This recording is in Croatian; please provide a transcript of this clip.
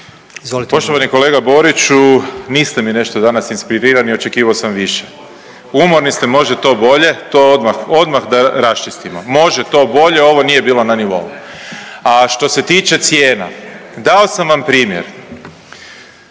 Poštovani kolega Boriću niste mi nešto danas inspirirani, očekivao sam više. Umorni ste, može to bolje, to odmah, odmah da raščistimo, može to bolje ovo nije bilo na nivou. A što se tiče cijena, dao sam vam primjer.